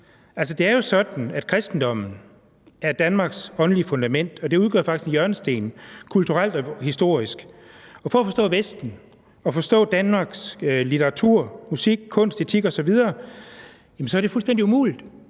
det er jo sådan, at kristendommen er Danmarks åndelige fundament, og det udgør faktisk en hjørnesten kulturelt og historisk. Og at forstå Vesten og forstå Danmarks litteratur, musik, kunst, etik osv. er fuldstændig umuligt